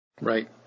Right